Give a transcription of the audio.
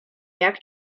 jak